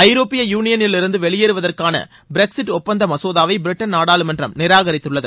ஐரோப்பிய யூனியனிலிருந்து வெளியேறுவதற்கான பிரக்சிட் ஒப்பந்த மசோதாவை பிரிட்டன் நாடாளுமன்றம் நிராகரித்துள்ளது